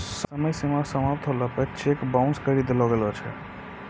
समय सीमा समाप्त होला पर चेक बाउंस करी देलो गेलो छै